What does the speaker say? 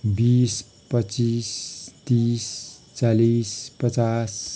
बिस पच्चिस तिस चालिस पचास